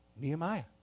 Nehemiah